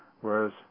whereas